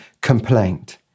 complaint